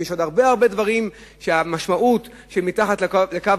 יש עוד הרבה הרבה דברים שבהם להיות מתחת לקו